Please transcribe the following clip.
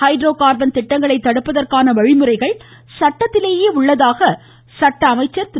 hydro carbon திட்டங்களை தடுப்பதற்கான வழிமுறைகள் சட்டத்திலேயே உள்ளதாக சட்ட அமைச்சர் திரு